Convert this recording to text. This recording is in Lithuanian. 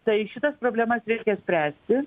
tai šitas problemas reikia spręsti